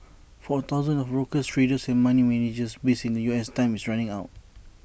for thousands of brokers traders and money managers based in the U S time is running out